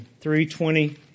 3.20